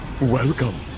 Welcome